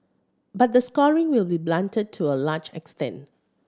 but the scoring will be blunted to a large extent